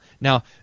Now